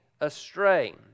astray